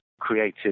created